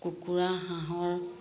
কুকুৰা হাঁহৰ